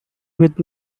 with